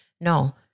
No